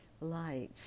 light